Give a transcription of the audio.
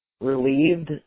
Relieved